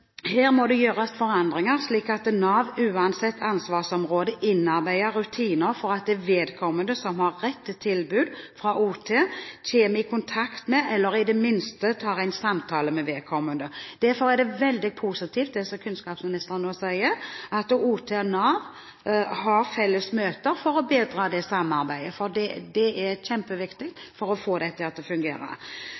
Her må det gjøres forandringer, slik at Nav, uansett ansvarsområde, innarbeider rutiner for at vedkommende som har rett til tilbud fra OT, kommer i kontakt med eller i det minste tar en samtale med vedkommende. Derfor er det veldig positivt det som kunnskapsministeren nå sier, at OT og Nav har felles møter for å bedre samarbeidet, for det er kjempeviktig